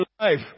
life